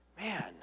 man